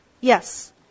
Yes